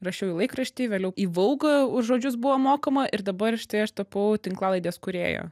rašiau į laikraštį vėliau į vaugą už žodžius buvo mokama ir dabar štai aš tapau tinklalaidės kūrėja